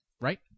right